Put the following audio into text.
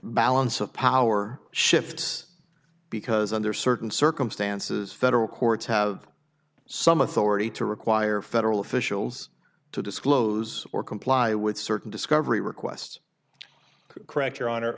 balance of power shifts because under certain circumstances federal courts have some authority to require federal officials to disclose or comply with certain discovery requests correct your hon